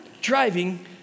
driving